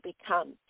become